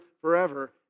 forever